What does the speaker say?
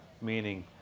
meaning